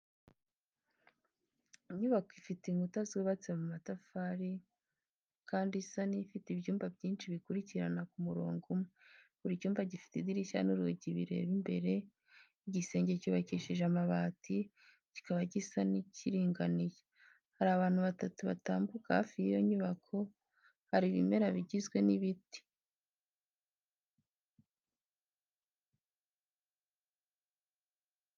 Inyubako ifite inkuta zubatse mu matafari kandi isa n’ifite ibyumba byinshi bikurikirana ku murongo umwe. Buri cyumba gifite idirishya n’urugi bireba imbere. Igisenge cyubakishije amabati, kikaba gisa n’ikiringaniye. Hari abantu batatu batambuka hafi y’iyo nyubako. Hari ibimera bigizwe n'ibiti.